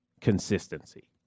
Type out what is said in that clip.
Consistency